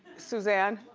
suzanne?